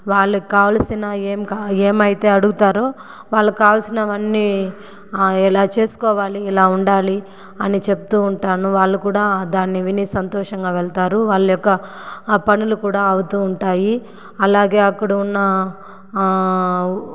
వాళ్ళకి కావలసిన ఎంకా ఏమయితే అడుగుతారో వాళ్ళకు కావాల్సిన వన్నీఇలా చేసుకోవాలి ఇలా ఉండాలి అని చెప్తు ఉంటాను వాళ్ళు కూడా దాన్ని విని సంతోషంగా వెళ్తారు వాళ్ళ యొక్క ఆ పనులు కూడా అవుతు ఉంటాయి అలాగే అక్కడ ఉన్న